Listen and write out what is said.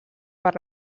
per